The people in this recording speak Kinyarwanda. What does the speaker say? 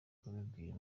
kubibwira